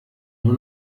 nur